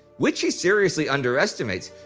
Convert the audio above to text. which he seriously underestimates.